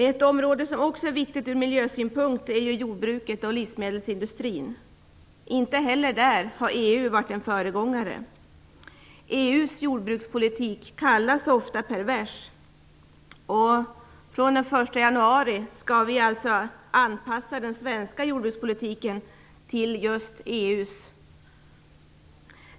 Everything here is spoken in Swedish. Ett område som också är viktigt ur miljösynpunkt är jordbruket och livsmedelsindustrin. Inte heller där har EU varit föregångare. EU:s jordbrukspolitik kallas ofta pervers, och från den 1 januari skall vi alltså anpassa den svenska jordbrukspolitiken till EU:s.